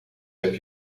heb